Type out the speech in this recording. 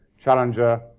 Challenger